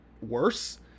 worse